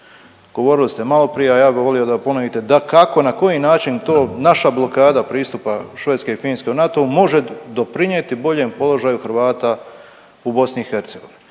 Govorili ste maloprije, a ja bi volio da ponovite da kako i na koji način to naša blokada pristupa Švedske i Finske u NATO-u može doprinjeti boljem položaju Hrvata u BiH?